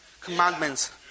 commandments